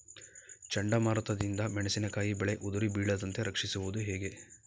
ಚಂಡಮಾರುತ ದಿಂದ ಮೆಣಸಿನಕಾಯಿ ಬೆಳೆ ಉದುರಿ ಬೀಳದಂತೆ ರಕ್ಷಿಸುವುದು ಹೇಗೆ?